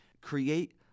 Create